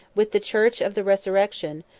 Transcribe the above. with the church of the resurrection,